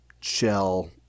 shell